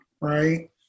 right